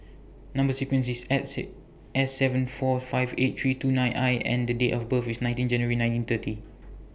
Number sequence IS S Say S seven four five eight three two nine I and The Day of birth IS nineteen January nineteen thirty